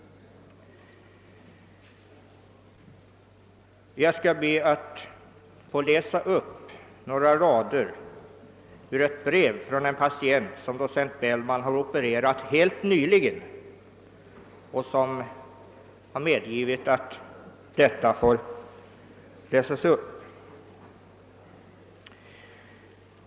Jag skall be att få läsa upp några rader ur ett brev från en patient som docent Bellman helt nyligen har opererat och som har medgivit att det får läsas upp.